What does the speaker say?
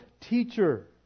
teacher